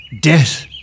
death